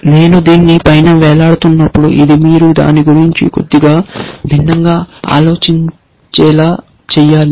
నేను దీని పైన వేలాడుతున్నప్పుడు ఇది మీరు దాని గురించి కొద్దిగా భిన్నంగా ఆలోచించేలా చేయాలి